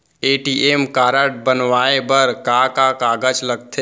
ATM card बनवाये बर का का कागज लगथे?